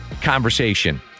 conversation